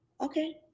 okay